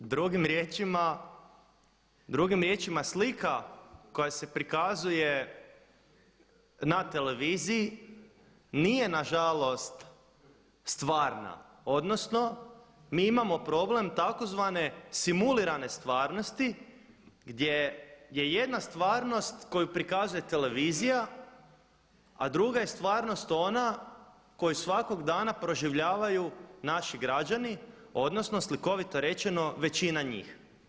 Drugim riječima slika koja se prikazuje na televiziji nije na žalost stvarna, odnosno mi imamo problem tzv. simulirane stvarnosti gdje je jedna stvarnost koju prikazuje televizija, a druga je stvarnost ona koju svakog dana proživljavaju naši građani, odnosno slikovito rečeno većina njih.